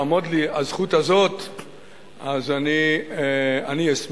תעמוד לי הזכות הזאת אז אני אשמח.